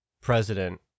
president